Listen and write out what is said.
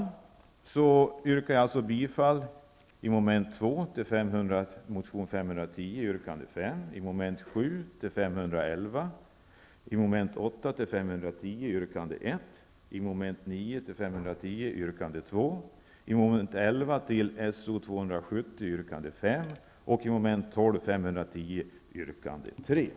Med detta yrkar jag bifall i mom. 2 till motion 510 yrkande 5, i mom. 7 till motion 511, i mom. 8 till motion 510 yrkande 1, i mom. 9 till motion 510 yrkande 2, i mom. 11 till motion So270